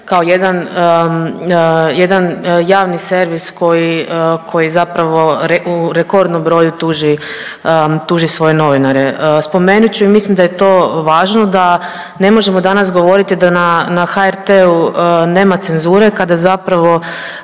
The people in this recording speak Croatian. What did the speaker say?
kao jedan javni servis koji zapravo u rekordnom broju tuži svoje novinare. Spomenut ću i mislim da je to važno da ne možemo danas govoriti da na HRT-u nema cenzure kada zapravo